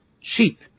cheap